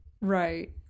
right